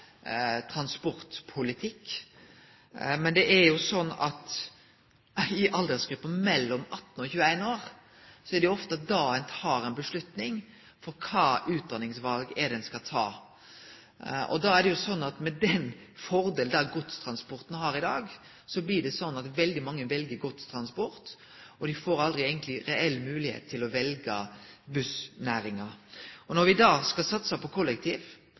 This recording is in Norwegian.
transportpolitikk. Men det er jo slik at i aldersgruppa mellom 18 og 21 år tek ein ofte eit val om kva for utdanning ein skal ta. Med den fordelen godstransporten har i dag, blir det slik at veldig mange vel godstransport. Dei får eigentleg aldri ei reell moglegheit til å velje bussnæringa. Når vi da skal satse på kollektiv